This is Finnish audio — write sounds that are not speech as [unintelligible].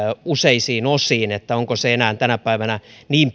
useisiin osiin ovatko ne enää tänä päivänä niin [unintelligible]